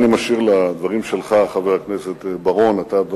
את זה אני משאיר לדברים שלך, חבר הכנסת בר-און.